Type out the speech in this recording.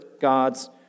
God's